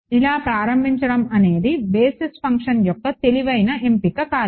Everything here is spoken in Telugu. ఇలా ప్రారంభించడం అనేది బేసిస్ ఫంక్షన్ యొక్క తెలివైన ఎంపిక కాదు